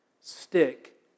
Stick